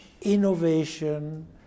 innovation